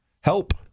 help